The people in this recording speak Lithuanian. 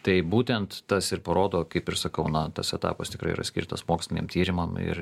tai būtent tas ir parodo kaip ir sakau na tas etapas tikrai yra skirtas moksliniam tyrimam ir